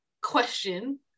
question